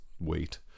wait